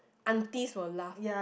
aunties will laugh